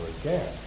again